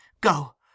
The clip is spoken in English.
Go